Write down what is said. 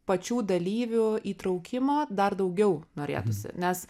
pačių dalyvių įtraukimo dar daugiau norėtųsi nes